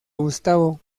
gustavo